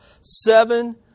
seven